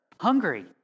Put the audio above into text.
hungry